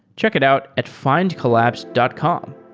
check it out at findcollabs dot com